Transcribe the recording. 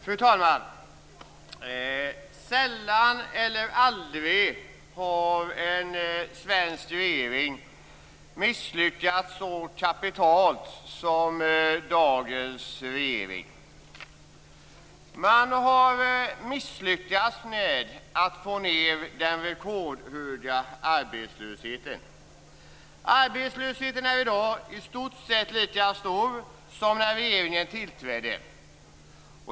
Fru talman! Sällan eller aldrig har en svensk regering misslyckats så kapitalt som dagens regering. Den har misslyckats med att få ned den rekordhöga arbetslösheten. Arbetslösheten är i dag i stort sett lika stor som när regeringen tillträdde.